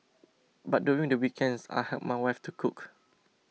but during the weekends I help my wife to cook